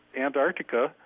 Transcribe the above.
Antarctica